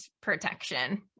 protection